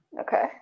Okay